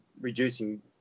reducing